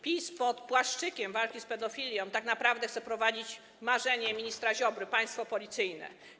PiS pod płaszczykiem walki z pedofilią tak naprawdę chce wprowadzić marzenie ministra Ziobry - państwo policyjne.